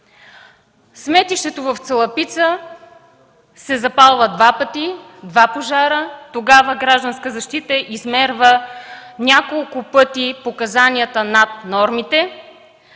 Сметището в Цалапица се запалва два пъти, има два пожара и тогава Гражданска защита измерва няколко пъти показания над нормите